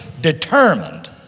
determined